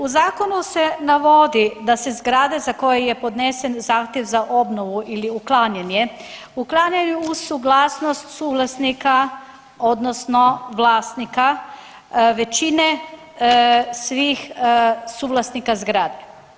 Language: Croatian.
U zakonu se navodi da se zgrade za koje je podnesen zahtjev za obnovu ili uklanjanje uklanjaju uz suglasnost suvlasnika odnosno vlasnika većine svih suvlasnika zgrade.